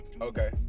okay